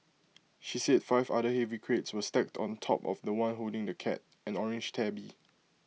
she said five other heavy crates were stacked on top of The One holding the cat an orange tabby